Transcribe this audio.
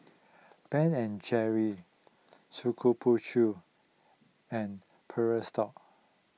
Ben and Jerry's Shokubutsu and